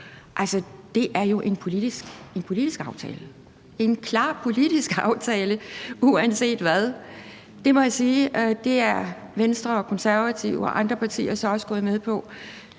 Det er jo en politisk aftale – en klar politisk aftale uanset hvad. Det må jeg sige. Det er Venstre og Konservative og andre partier så også gået med på.